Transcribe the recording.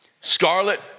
Scarlet